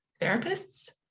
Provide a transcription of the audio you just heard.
therapists